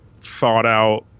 thought-out